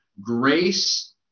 grace